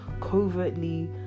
covertly